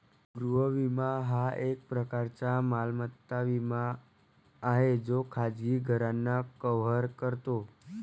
गृह विमा हा एक प्रकारचा मालमत्ता विमा आहे जो खाजगी घरांना कव्हर करतो